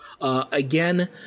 Again